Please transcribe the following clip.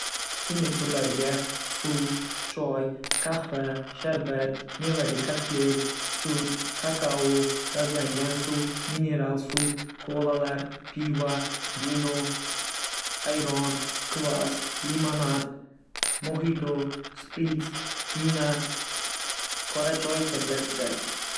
Ichimlik turlariga: Suv, choy, qahva, sharbat, mevali kokteyl, sut, kakao, gazlangan suv, mineral suv, kolalar, pivo, vino, ayran, kvas, limonad, moxito, spritz, pina, qora choy kabilar kiradi.